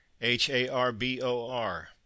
H-A-R-B-O-R